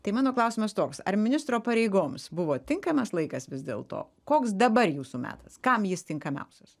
tai mano klausimas toks ar ministro pareigoms buvo tinkamas laikas vis dėlto koks dabar jūsų metas kam jis tinkamiausias